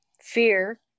fear